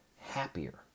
Happier